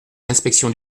l’inspection